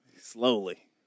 Slowly